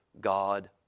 God